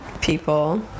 people